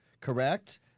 correct